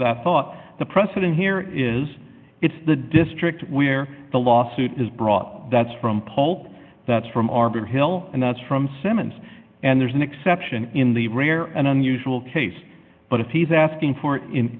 that thought the precedent here is it's the district where the lawsuit is brought that's from polk that's from arbor hill and that's from simmons and there's an exception in the rare and unusual case but if he's asking for it in